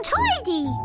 tidy